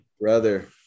brother